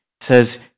says